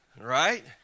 Right